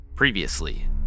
Previously